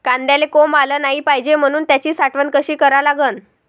कांद्याले कोंब आलं नाई पायजे म्हनून त्याची साठवन कशी करा लागन?